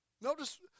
Notice